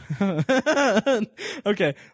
Okay